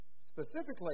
specifically